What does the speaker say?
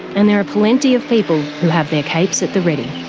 and there are plenty of people who have their capes at the ready.